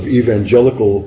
evangelical